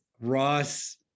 Ross